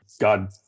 God